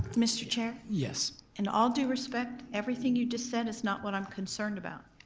mr. chair? yes? in all due respect, everything you just said is not what i'm concerned about.